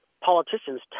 politicians